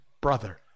brother